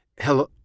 Hello